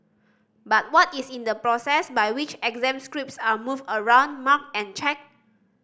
but what is in the process by which exam scripts are moved around marked and checked